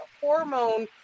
hormone